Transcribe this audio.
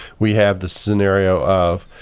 we have the scenario of,